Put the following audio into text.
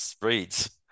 breeds